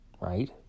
Right